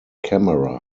camera